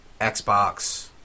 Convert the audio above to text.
Xbox